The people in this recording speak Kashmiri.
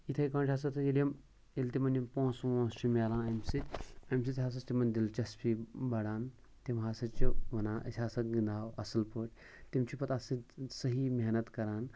اِتھَے کٲٹھۍ ہَسا ییٚلہِ یِم ییٚلہِ تِمَن یِم پونٛسہٕ وونٛسہٕ چھِ ملان اَمہِ سۭتۍ اَمہِ سۭتۍ ہَسا چھِ تِمَن دِلچَسپی بَڑان تِم ہَسا چھِ وَنان أسۍ ہَسا گِنٛدٕ ہَو اَصٕل پٲٹھۍ تِم چھِ پَتہٕ اَتھ سۭتۍ صحیح محنت کَران